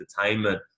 entertainment